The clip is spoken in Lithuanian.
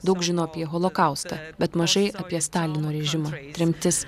daug žino apie holokaustą bet mažai apie stalino režimą tremtis